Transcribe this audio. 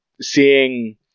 seeing